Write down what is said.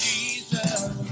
Jesus